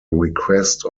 request